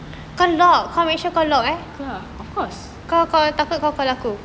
tak of course